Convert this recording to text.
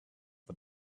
for